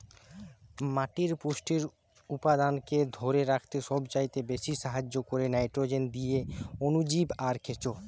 মাটির পুষ্টি উপাদানকে ধোরে রাখতে সবচাইতে বেশী সাহায্য কোরে নাইট্রোজেন দিয়ে অণুজীব আর কেঁচো